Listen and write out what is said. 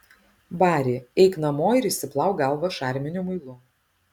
bari eik namo ir išsiplauk galvą šarminiu muilu